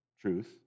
truth